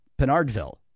Penardville